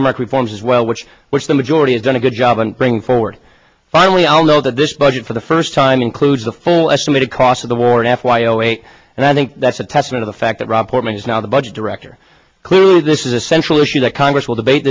earmark reforms as well which which the majority has done a good job on bringing forward finally all know that this budget for the first time includes the full estimated cost of the war effort and i think that's a testament of the fact that rob portman is now the budget director clearly this is a central issue that congress will debate